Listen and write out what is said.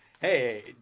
hey